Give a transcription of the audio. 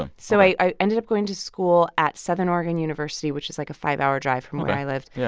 ah so i i ended up going to school at southern oregon university, which is, like, a five-hour drive from where i lived. yeah